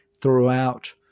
throughout